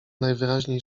najwyraźniej